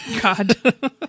God